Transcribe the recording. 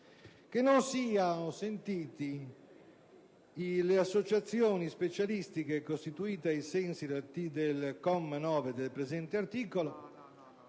che non siano sentite le associazioni specialistiche costituite ai sensi del comma 9 del presente articolo,